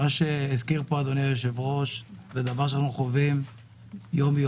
מה שהזכיר פה אדוני היושב-ראש הוא דבר שאנחנו חווים יום-יום.